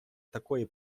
такої